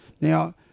Now